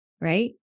right